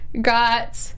got